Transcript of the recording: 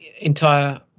entire